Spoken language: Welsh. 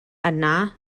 yna